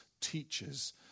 teaches